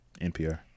NPR